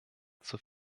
zur